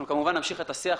אנחנו כמובן נמשיך את השיח.